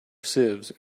sieves